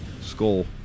Skull